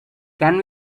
can